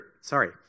sorry